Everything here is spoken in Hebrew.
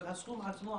אבל הסכום עצמו,